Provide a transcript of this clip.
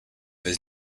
his